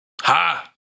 Ha